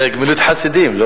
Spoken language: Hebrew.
זה גמילות חסדים, לא?